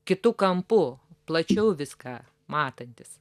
kitu kampu plačiau viską matantys